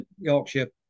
Yorkshire